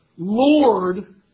Lord